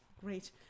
Great